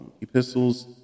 epistles